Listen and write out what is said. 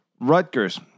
Rutgers